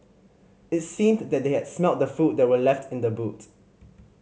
it seemed that they had smelt the food that were left in the boot